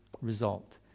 result